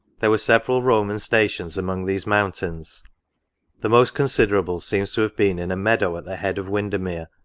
there were several roman stations among these mountains the most considerable seems to have been in a meadow at the head of windermere,